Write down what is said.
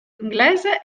inglese